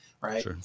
right